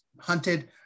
hunted